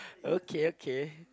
okay okay